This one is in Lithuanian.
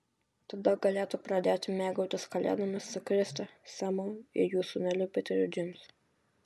tada galėtų pradėti mėgautis kalėdomis su kriste semu ir jų sūneliu piteriu džeimsu